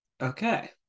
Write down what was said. Okay